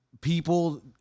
people